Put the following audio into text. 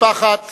משפחת